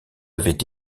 avait